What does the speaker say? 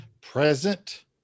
present